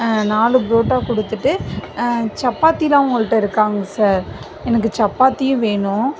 நாலு புரோட்டா கொடுத்துட்டு சப்பாத்திலாம் உங்ககிட்ட இருக்காங்கள் சார் எனக்கு சப்பாத்தியும் வேணும்